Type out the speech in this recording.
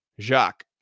Jacques